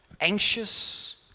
anxious